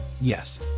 yes